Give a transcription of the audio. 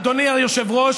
אדוני היושב-ראש,